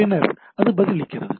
பின்னர் அது பதிலளிக்கிறது